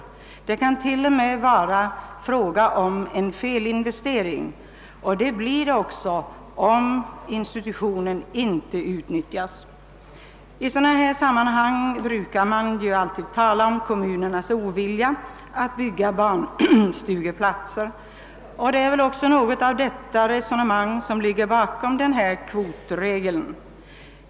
En sådan kan t.o.m. vara en fel investering. Och det blir det också om institutionen inte utnyttjas. I sådana här sammanhang brukar man alltid tala om kommunernas ovilja att bygga barnstugeplatser. : Något :av detta resonemang ligger väl också bakom kvotregeln.